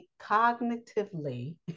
cognitively